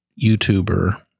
YouTuber